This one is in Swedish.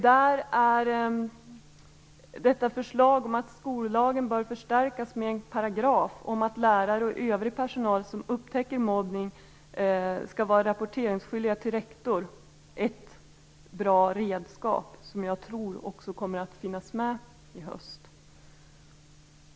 Där är förslaget om att skollagen bör förstärkas med en paragraf om att lärare och övrig personal som upptäcker mobbning är rapporteringsskyldiga till rektor ett bra redskap, som jag tror kommer att finnas med i höst.